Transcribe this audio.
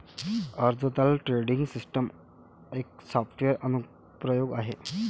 अर्जदार tracking system एक software अनुप्रयोग आहे